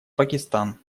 пакистан